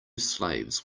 slaves